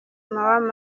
more